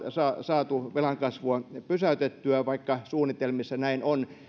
saatu velan kasvua pysäytettyä vaikka suunnitelmissa näin on